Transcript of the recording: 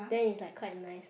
then is like quite nice lah